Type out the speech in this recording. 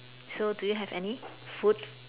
so do you have any food